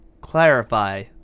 clarify